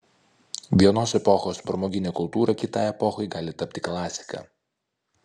vienos epochos pramoginė kultūra kitai epochai gali tapti klasika